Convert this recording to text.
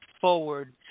forward